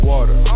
Water